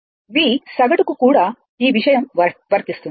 V సగటుకు కూడా ఈ విషయం వర్తిస్తుంది